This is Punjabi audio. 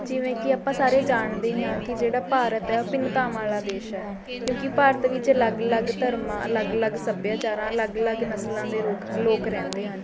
ਜਿਵੇਂ ਕਿ ਆਪਾਂ ਸਾਰੇ ਜਾਣਦੇ ਹੀ ਹਾਂ ਕਿ ਜਿਹੜਾ ਭਾਰਤ ਹੈ ਉਹ ਭਿੰਨਤਾਵਾਂ ਵਾਲ਼ਾ ਦੇਸ਼ ਹੈ ਕਿਉਂਕਿ ਭਾਰਤ ਵਿੱਚ ਅਲੱਗ ਅਲੱਗ ਧਰਮਾਂ ਅਲੱਗ ਅਲੱਗ ਸੱਭਿਆਚਾਰਾਂ ਅਲੱਗ ਅਲੱਗ ਨਸਲਾਂ ਦੇ ਲੋਕ ਰਹਿੰਦੇ ਹਨ